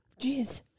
Jeez